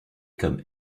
comme